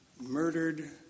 murdered